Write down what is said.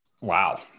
Wow